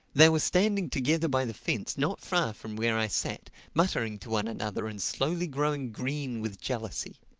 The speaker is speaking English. they were standing together by the fence not far from where i sat, muttering to one another and slowly growing green with jealousy.